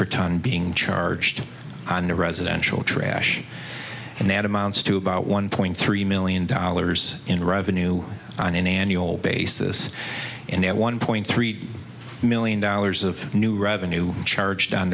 ton being charged on the residential trash and that amounts to about one point three million dollars in revenue on an annual basis and at one point three million dollars of new revenue charged on